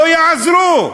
לא יעזרו.